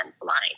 blind